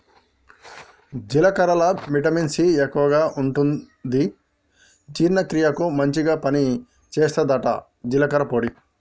జీలకర్రల vitamin C ఎక్కువుంటది జీర్ణ క్రియకు మంచిగ పని చేస్తదట జీలకర్ర పొడి